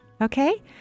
Okay